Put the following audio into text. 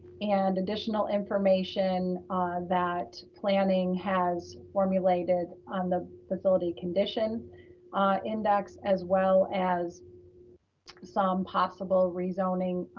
and additional information that planning has formulated on the facility condition index, as well as some possible rezoning